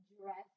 dress